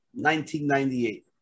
1998